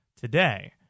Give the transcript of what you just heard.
today